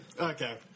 Okay